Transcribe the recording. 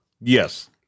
yes